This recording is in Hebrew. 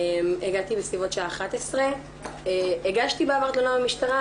הגעתי בסביבות שעה 23:00. הגשתי בעבר תלונה במשטרה,